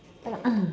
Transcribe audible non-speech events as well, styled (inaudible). (coughs)